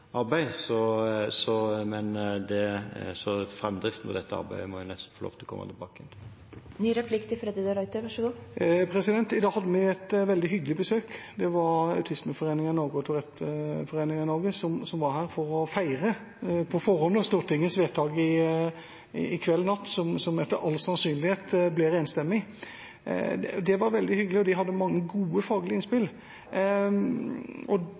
arbeid i august er veldig konsentrert om budsjettarbeid, så framdriften for dette arbeidet må jeg nesten få lov til å komme tilbake til. I dag hadde vi et veldig hyggelig besøk. Det var Autismeforeningen i Norge og Norsk Tourette Forening som var her for å feire – på forhånd – Stortingets vedtak i kveld/natt, som etter all sannsynlighet blir enstemmig. Det var veldig hyggelig, og de hadde mange gode faglige innspill. Det de selvfølgelig er opptatt av, er at disse faglige innspillene blir tatt vare på, og